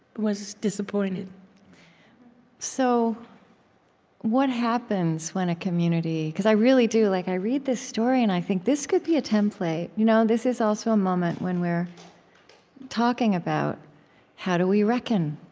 was disappointed so what happens when a community because i really do like i read this story, and i think, this could be a template. you know this is also a moment when we're talking about how do we reckon?